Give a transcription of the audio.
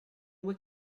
what